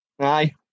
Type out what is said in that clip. Aye